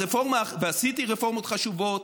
ועשיתי רפורמות חשובות: